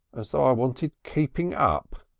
as though i wanted keeping up.